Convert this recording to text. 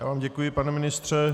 Já vám děkuji, pane ministře.